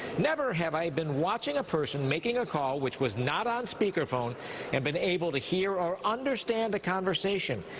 never have i been watching a person making a call which was not on speaker phone and been able to hear or understand the conversation.